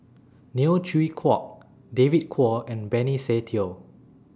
Neo Chwee Kok David Kwo and Benny Se Teo